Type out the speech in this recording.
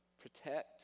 protect